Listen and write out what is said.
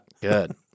Good